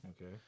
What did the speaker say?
Okay